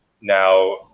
Now